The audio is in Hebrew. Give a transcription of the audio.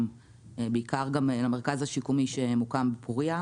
בעיקר גם למרכז השיקומי שמוקם בפוריה.